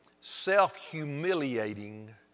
self-humiliating